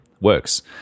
works